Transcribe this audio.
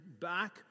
back